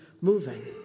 moving